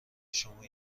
شما